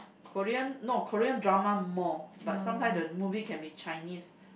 Korean no Korean drama more but sometime the movie can be Chinese